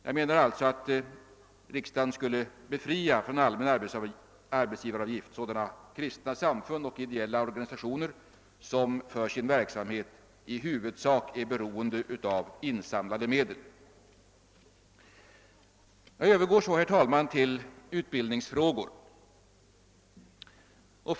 Jag menar alltså att riksdagen borde befria från den allmänna arbetsgivaravgiften sådana ideella organisationer och kristna samfund som för sin verksamhet i huvudsak är beroende av insamlade medel. Jag övergår så till utbildningsfrågorna.